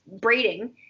braiding